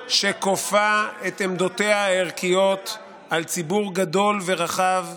שכופה את עמדותיה הערכיות על ציבור גדול ורחב,